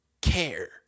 care